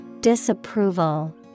Disapproval